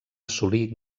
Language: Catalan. assolir